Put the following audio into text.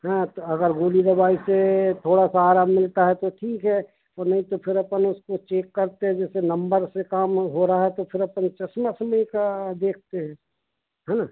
हाँ तो अगर गोली दवाई से थोड़ा सा आराम मिलता है तो ठीक है और नहीं तो फिर अपन उसको चेक करते हैं जैसे नंबर से काम हो रहा है तो फिर अपन चस्मे वस्मे का देखते हैं हाँ